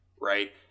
Right